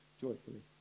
joyfully